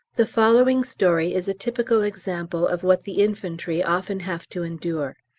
the following story is a typical example of what the infantry often have to endure.